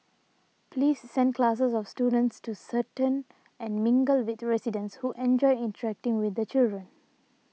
please send classes of students to certain and mingle with residents who enjoy interacting with the children